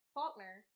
Faulkner